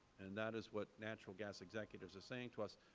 and that is what natural gas executives are saying to us.